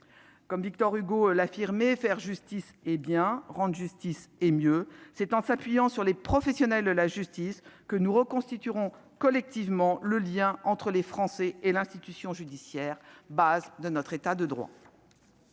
Victor Hugo affirmait :« Faire justice est bien, rendre justice est mieux. » C'est en nous appuyant sur les professionnels de la justice que nous reconstituerons collectivement le lien entre les Français et l'institution judiciaire, base de notre État de droit.